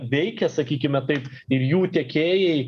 veikia sakykime taip ir jų tiekėjai